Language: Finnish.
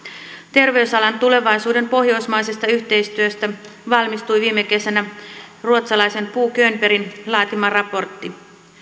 terveysalan tulevaisuuden pohjoismaisesta yhteistyöstä valmistui viime kesänä ruotsalaisen bo könbergin laatima raportti